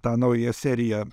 tą naują seriją